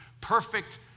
perfect